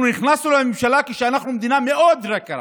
אנחנו נכנסנו לממשלה כשאנחנו מדינה מאוד יקרה